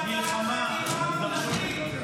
לגבי אזור מסוים או תחום מסוים.